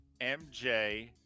MJ